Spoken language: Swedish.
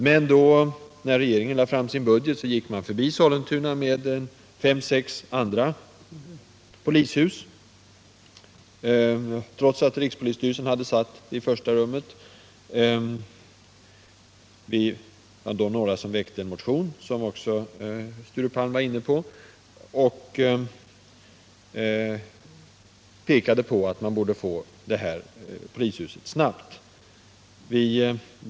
Men när regeringen lade fram sin budget, gick man förbi Sollentuna med fem sex andra polishus, trots att rikspolisstyrelsen alltså hade satt det i första rummet. Vi var några som då väckte en motion, som också Sture Palm åberopar i sin interpellation, och krävde att det här polishuset skulle byggas snabbt.